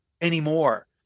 anymore